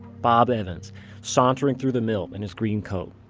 bob evans sauntering through the mill in his green coat,